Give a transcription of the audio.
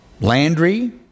Landry